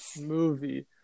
movie